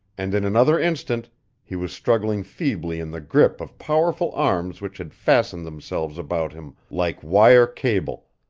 and in another instant he was struggling feebly in the grip of powerful arms which had fastened themselves about him like wire cable,